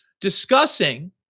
discussing